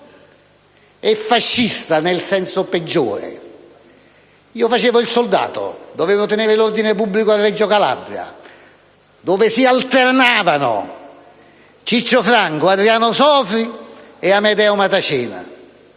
e fascista nel senso peggiore. Io facevo il soldato, dovevo tenere l'ordine pubblico a Reggio Calabria, dove si alternavano Ciccio Franco, Adriano Sofri ed Amedeo Matacena: